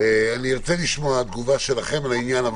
אני ארצה לשמוע תגובות שלכם לעניין.